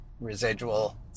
residual